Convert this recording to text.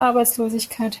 arbeitslosigkeit